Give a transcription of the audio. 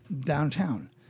downtown